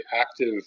active